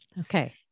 Okay